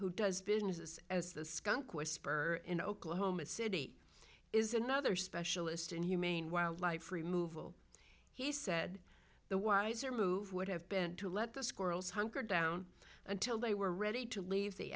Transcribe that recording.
who does business as the skunk whisperer in oklahoma city is another specialist in humane wildlife removal he said the wiser move would have been to let the squirrels hunker down until they were ready to leave the